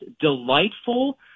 delightful